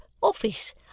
office